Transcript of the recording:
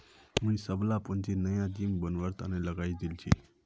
मुई सबला पूंजी नया जिम बनवार तने लगइ दील छि